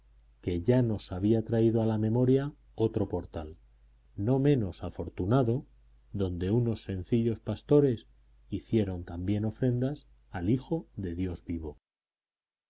que ya nos había traído a la memoria otro portal no menos afortunado donde unos sencillos pastores hicieron también ofrendas al hijo de dios vivo